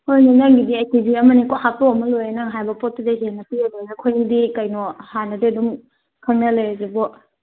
ꯍꯣꯏ ꯍꯣꯏ ꯅꯪꯒꯤꯗꯤ ꯀꯦ ꯖꯤ ꯑꯃ ꯑꯅꯤ ꯍꯥꯞꯇꯣꯛꯑꯝꯃꯒ ꯂꯣꯏꯔꯦ ꯅꯪꯅ ꯍꯥꯏꯕ ꯄꯣꯠꯇꯨꯗꯒꯤ ꯍꯦꯟꯅ ꯄꯤꯔ ꯂꯣꯏꯔꯦ ꯑꯩꯈꯣꯏꯗꯤ ꯍꯥꯟꯅꯗꯒꯤ ꯑꯗꯨꯝ ꯈꯪꯅ ꯂꯩꯔꯗꯨꯕꯨ